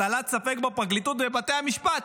הטלת ספק בפרקליטות ובבתי המשפט,